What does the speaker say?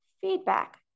feedback